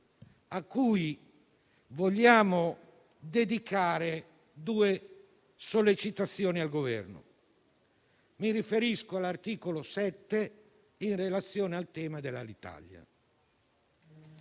quale vogliamo dedicare due sollecitazioni al Governo. Mi riferisco all'articolo 7, in relazione al tema di Alitalia.